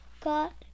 got